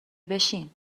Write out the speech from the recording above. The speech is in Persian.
بشین